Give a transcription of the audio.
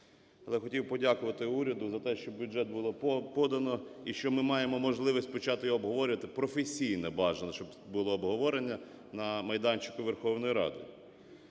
Але хотів подякувати уряд за те, що бюджет було подано і що ми маємо можливість почати його обговорювати професійно, бажано, щоб було обговорення на майданчику Верховної Ради.